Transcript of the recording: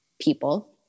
people